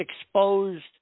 exposed